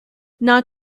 not